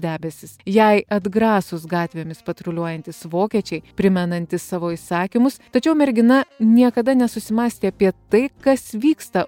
debesys jai atgrasūs gatvėmis patruliuojantys vokiečiai primenantys savo įsakymus tačiau mergina niekada nesusimąstė apie tai kas vyksta